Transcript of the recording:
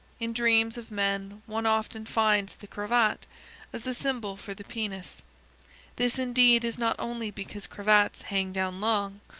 in dreams of men one often finds the cravat as a symbol for the penis this indeed is not only because cravats hang down long,